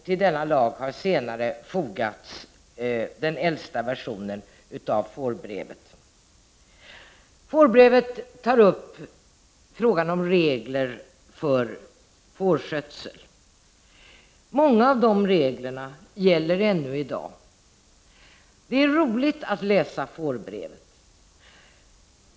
Till denna lag har senare fogats den äldsta versionen av fårbrevet. Fårbrevet tar upp regler om fårskötsel. Många av de reglerna gäller ännu i dag. Det är roligt att läsa fårbrevet.